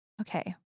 okay